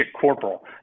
corporal